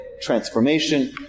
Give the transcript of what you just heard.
transformation